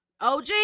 OG